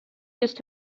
used